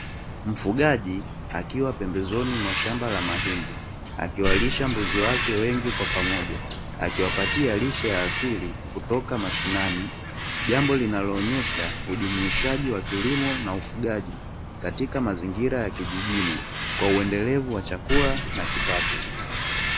Mfugaji akiwa pembezoni mwa shamba la mahindi, akiwalisha mbuzi wake wengi kwa pamoja, akiwapatia lishe ya asili kutoka mashinani, jambo linaloonesha ujumuishaji wa kilimo na ufugaji katika mazingira ya kijijini kwa uendelevu wa chakula na kipato.